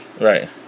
Right